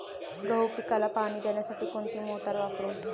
गहू पिकाला पाणी देण्यासाठी कोणती मोटार वापरू?